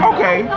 Okay